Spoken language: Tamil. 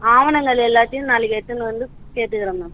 ஆவணங்கள் எல்லாத்தியும் நாளைக்கு எடுத்துன்னு வந்து கேட்டுக்கிறேன் மேம்